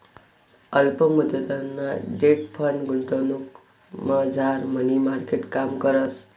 अल्प मुदतना debt fund गुंतवणुकमझार मनी मार्केट काम करस